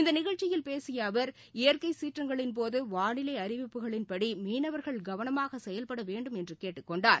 இந்த நிகழ்ச்சியில் பேசிய அவர் இயற்கை சீற்றங்களின்போது வானிலை அறிவிப்புகளின்படி மீனவர்கள் கவனமாக செயல்பட வேண்டும் என்று கேட்டுக் கொண்டார்